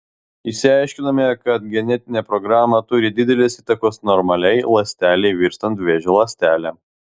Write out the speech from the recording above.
išsiaiškinome kad genetinė programa turi didelės įtakos normaliai ląstelei virstant vėžio ląstele